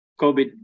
COVID